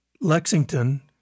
Lexington